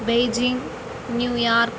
Beijing New York